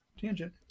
tangent